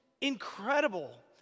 incredible